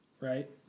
Right